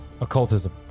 occultism